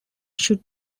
should